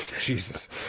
Jesus